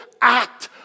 act